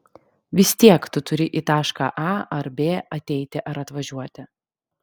vis tiek tu turi į tašką a ar b ateiti ar atvažiuoti